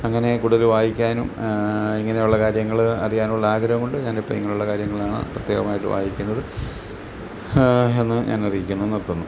അങ്ങനെ കൂടുതൽ വായിക്കാനും ഇങ്ങനെയുള്ള കാര്യങ്ങൾ അറിയാനുള്ള ആഗ്രഹം കൊണ്ട് ഞാനിപ്പം ഇങ്ങനെയുള്ള കാര്യങ്ങളാണ് പ്രത്യേകമായിട്ട് വായിക്കുന്നത് എന്ന് ഞാൻ അറിയിക്കുന്നു നിർത്തുന്നു